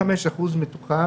25 אחוזים מתוכם,